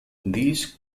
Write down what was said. these